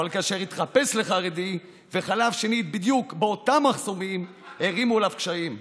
אבל כאשר התחפש לחרדי וחלף שנית בדיוק באותם מחסומים הערימו עליו קשיים.